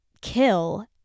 kill